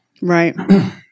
Right